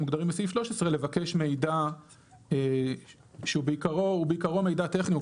מוגדרים בסעיף 13 לבקש מידע שהוא בעיקרו מידע טכני,